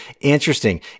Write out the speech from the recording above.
interesting